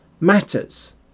matters